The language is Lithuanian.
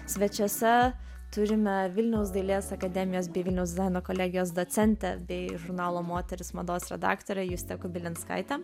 svečiuose turime vilniaus dailės akademijos bei vilniaus dizaino kolegijos docentę bei žurnalo moteris mados redaktorę justę kubilinskaitę